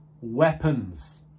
weapons